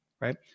Right